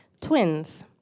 twins